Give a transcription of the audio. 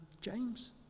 James